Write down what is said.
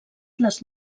les